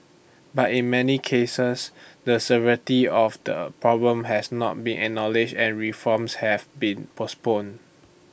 but in many cases the severity of the problem has not been acknowledged and reforms have been postponed